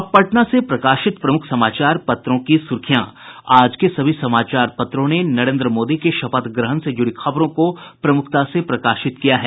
अब पटना से प्रकाशित प्रमुख समाचार पत्रों की सुर्खियां आज के सभी समाचार पत्रों ने नरेन्द्र मोदी के शपथ ग्रहण से जुड़ी खबरों को प्रमुखता से प्रकाशित किया है